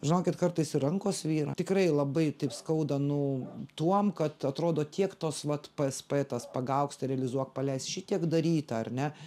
žinokit kartais ir rankos svyrą tikrai labai taip skauda nu tuom kad atrodo tiek tos vat pas tas pagauk sterilizuok paleisk šitiek daryta ar ne